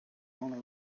only